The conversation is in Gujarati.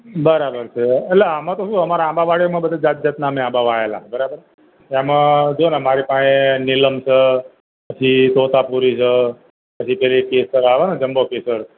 બરાબર છે એટલે આમાં તો શું અમારી આંબાવાડીમાં બધાં જાત જાતના અમે આંબા વાવેલા બરાબર એમાં જો ને મારી પાસે નીલમ છે પછી તોતાપુરી છે પછી પેલી કેસર આવે ને જમ્બો કેસર